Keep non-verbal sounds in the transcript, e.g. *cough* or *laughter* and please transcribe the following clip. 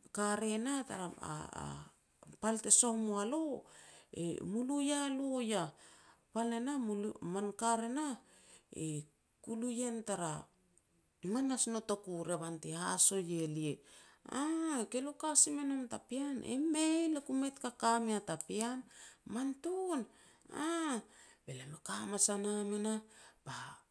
te ka re nah tara a-a pal te soh mua lo *hesitation* mu lu ia lo iah?". "Pal ne nah *hesitation* man ka re nah *hesitation* ku lu yan tara, manas notoku, revan ti haso e lia." "Aah, ke lo ka si me nom ta pean?" "Mei lia ku mei taka ka mea ta pean." "Man tun", "aah." Be lam e ka hamanas a nam e nah